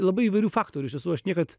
labai įvairių faktorių iš tiesų aš niekad